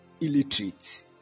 illiterate